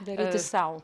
daryti sau